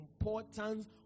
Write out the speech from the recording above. importance